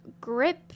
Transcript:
grip